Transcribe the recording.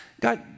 God